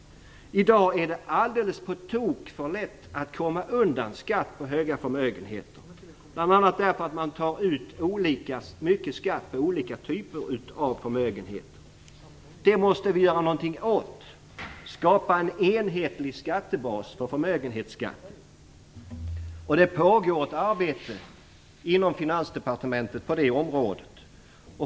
Det är i dag på tok för lätt att komma undan skatt på höga förmögenheter, bl.a. därför att man tar ut olika mycket skatt på olika typer av förmögenhet. Detta måste vi göra någonting åt. Vi måste skapa en enhetlig skattebas för förmögenhetsskatt, och det pågår ett arbete inom Finansdepartementet på det området.